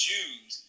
Jews